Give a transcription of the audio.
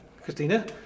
Christina